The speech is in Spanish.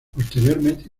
posteriormente